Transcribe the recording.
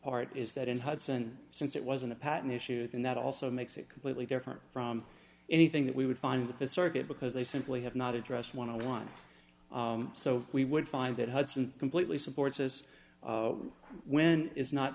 part is that in hudson since it wasn't a patton issue and that also makes it completely different from anything that we would find in the th circuit because they simply have not addressed want to one so we would find that hudson completely supports as when it is not